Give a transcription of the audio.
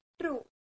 True